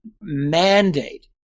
mandate